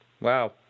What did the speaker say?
Wow